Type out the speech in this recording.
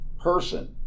person